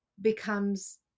becomes